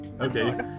Okay